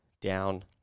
down